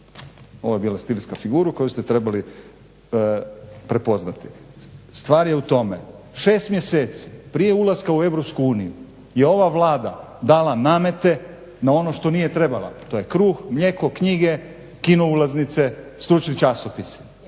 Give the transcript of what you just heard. Ovo je bila stilska figura koju ste trebali prepoznati. Stvar je u tome 6 mjeseci prije ulaska u Europsku uniju je ova Vlada dala namete na ono što nije trebala, to je kruh, mlijeko, knjige, kino ulaznice, stručni časopisi.